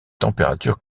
températures